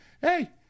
hey